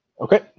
Okay